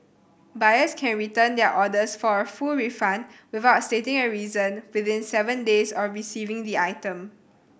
buyers can return their orders for a full refund without stating a reason within seven days of receiving the item